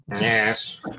Yes